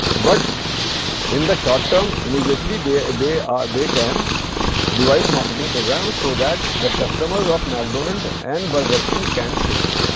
but in the short term immediately they ah they are they can devise marketing programs. so, that the customers of mcdonald and burger king can shift.